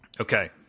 Okay